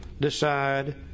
decide